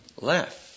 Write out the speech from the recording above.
left